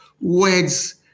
words